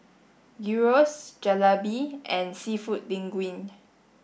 Gyros Jalebi and Seafood Linguine